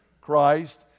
Christ